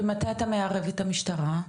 ומתי אתה מערב את משטרת ישראל?